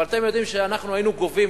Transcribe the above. אבל אתם יודעים שאנחנו היינו גובים,